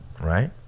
right